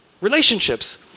relationships